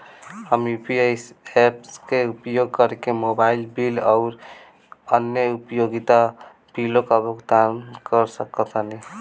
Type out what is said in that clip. हम UPI apps के उपयोग करके मोबाइल बिल आउर अन्य उपयोगिता बिलों का भुगतान कर सकतानी